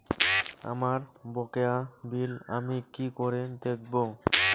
আমার বকেয়া বিল আমি কি করে দেখব?